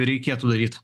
reikėtų daryt